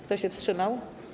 Kto się wstrzymał?